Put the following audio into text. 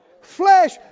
flesh